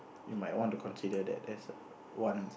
you might want to consider that as err one